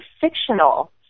fictional